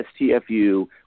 STFU